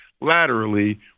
laterally